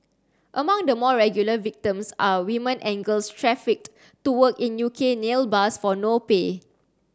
among the more regular victims are women and girls trafficked to work in U K nail bars for no pay